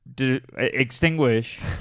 extinguish